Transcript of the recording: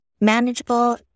manageable